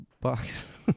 box